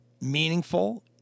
meaningful